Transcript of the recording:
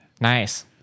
Nice